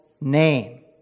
name